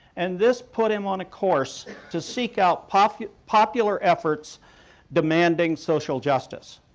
and this put him on a course to seek out popular popular efforts demanding social justice.